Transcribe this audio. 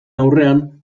aurrean